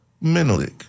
Menelik